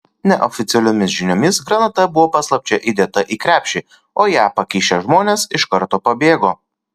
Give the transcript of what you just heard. neoficialiomis žiniomis granata buvo paslapčia įdėta į krepšį o ją pakišę žmonės iš karto pabėgo